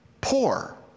poor